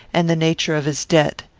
and the nature of his debt.